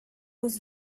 was